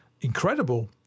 incredible